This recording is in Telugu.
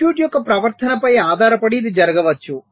సర్క్యూట్ యొక్క ప్రవర్తనపై ఆధారపడి ఇది జరగవచ్చు